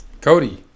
Cody